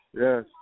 Yes